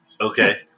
Okay